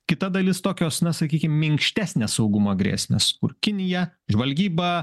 kita dalis tokios na sakykim minkštesnės saugumo grėsmės kur kinija žvalgyba